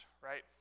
right